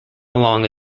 along